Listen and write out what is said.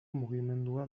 mugimendua